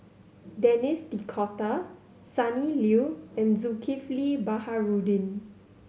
Denis D'Cotta Sonny Liew and Zulkifli Baharudin